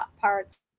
parts